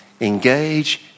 Engage